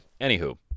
anywho